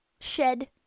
Shed